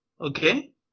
Okay